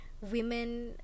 women